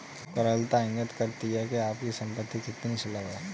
तरलता इंगित करती है कि आपकी संपत्ति कितनी सुलभ है